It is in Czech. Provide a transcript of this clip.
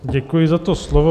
Děkuji za to slovo.